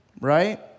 right